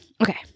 Okay